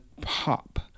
pop